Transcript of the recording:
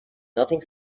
nothing